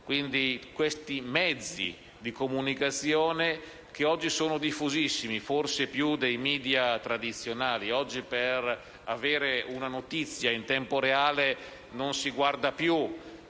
questi stessi mezzi di comunicazione, che oggi sono diffusissimi, forse più dei *media* tradizionali. Oggi per avere una notizia in tempo reale non si guarda più